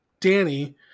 Danny